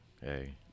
hey